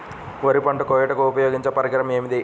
వరి పంట కోయుటకు ఉపయోగించే పరికరం ఏది?